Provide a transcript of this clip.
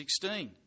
16